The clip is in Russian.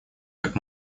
как